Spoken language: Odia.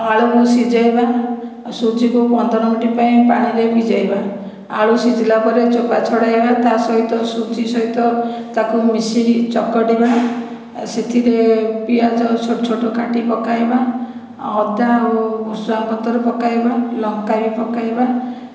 ଆଳୁକୁ ସିଝାଇବା ଆଉ ସୁଜିକୁ ପନ୍ଦର ମିନିଟ୍ ପାଇଁ ପାଣିରେ ଭିଜାଇବା ଆଳୁ ସିଝିଲା ପରେ ଚୋପା ଛଡ଼ାଇବା ତା' ସହିତ ସୁଜି ସହିତ ତାକୁ ମିଶିକି ଚକଟିବା ସେଥିରେ ପିଆଜ ଛୋଟ ଛୋଟ କାଟି ପକାଇବା ଅଦା ଆଉ ଭୁର୍ସୁଙ୍ଗ ପତ୍ର ପକାଇବା ଲଙ୍କା ବି ପକାଇବା